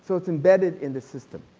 so is embedded in the system.